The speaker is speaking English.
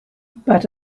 but